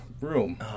room